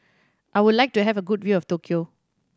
I would like to have a good view of Tokyo